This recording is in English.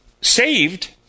saved